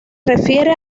refiere